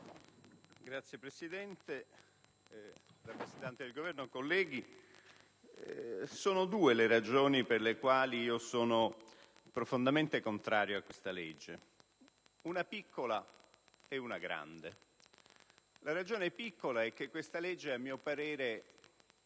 Signora Presidente, rappresentanti del Governo, colleghi, sono due le ragioni per le quali sono profondamente contrario a questa legge: una piccola ed una grande. La ragione piccola è che questa legge, a mio parere, è